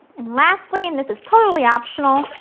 and lastly, and this is totally optional,